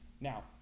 Now